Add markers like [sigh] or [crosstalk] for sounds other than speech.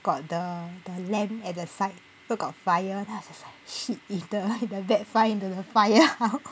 got the the lamp at the side so got fire so I'm just like shit if the bat fly into the fire how [laughs]